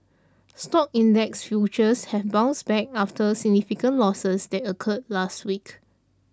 stock index futures have bounced back after significant losses that occurred last week